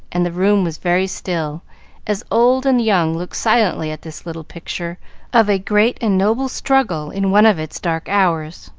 and the room was very still as old and young looked silently at this little picture of a great and noble struggle in one of its dark hours.